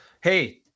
Hey